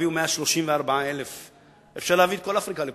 הביאו 134,000. אפשר להביא את כל אפריקה לפה,